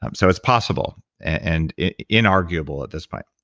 um so it's possible and inarguable at this point.